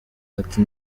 ati